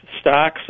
stocks